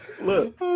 Look